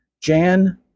Jan